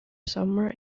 summer